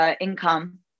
income